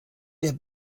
der